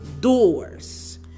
doors